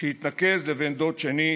שהתנקז לבן דוד שני,